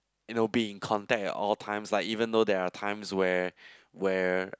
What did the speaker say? you know being contact at all times like even though there are times where where